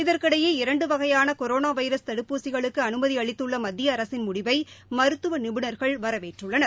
இதற்கிடையே இரண்டு வகையான கொரோனா வைரஸ் தடுப்பூசிகளுக்கு அனுமதி அளித்துள்ள மத்திய அரசின் முடிவை மருத்துவ நிபுணர்கள் வரவேற்றுள்ளனர்